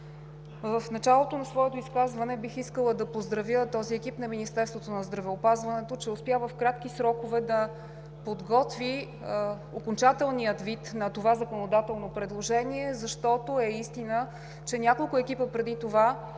В началото на своето изказване бих искала да поздравя този екип на Министерството на здравеопазването, че успя в кратки срокове да подготви окончателния вид на това законодателно предложение, защото е истина, че няколко екипа преди това подготвяха